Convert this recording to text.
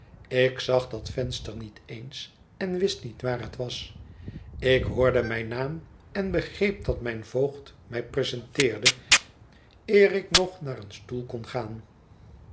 ik zag dat venster niet eens en wist niet waar het was ik hoorde mijn naam en begreep dat mijn voogd mij presenteerde eer ik nog naar een stoel kon gaan